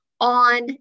on